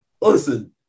listen